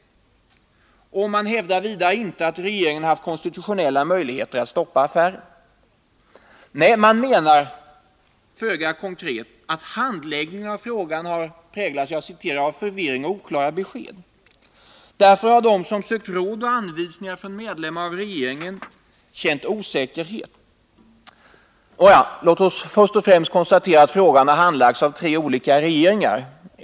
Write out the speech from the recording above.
Vidare hävdar de inte att regeringen haft konstitutionella möjligheter att stoppa affären. Nej, de menar, föga konkret, att ”handläggningen av frågan präglats av stor förvirring och oklara besked”. Därför har de som sökte råd och anvisningar från medlemmar av regeringen känt osäkerhet. Nåja, låt oss först och främst konstatera att frågan har handlagts av tre olika regeringar.